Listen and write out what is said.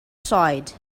side